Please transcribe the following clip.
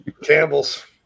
Campbell's